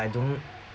I don't